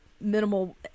minimal